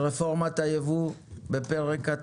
אנחנו מתחילים המשך ישיבת ועדת הכלכלה ברפורמת היבוא בפרק התמרוקים,